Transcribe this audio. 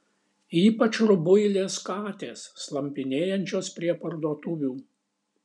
ypač rubuilės katės slampinėjančios prie parduotuvių